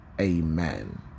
Amen